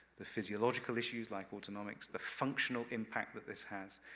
the physiological issues, like autonomics, the functional impact that this has,